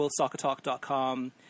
worldsoccertalk.com